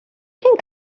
can